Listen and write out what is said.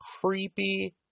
creepy